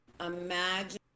imagine